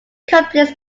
completes